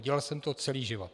Dělal jsem to celý život.